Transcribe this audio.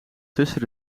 tussen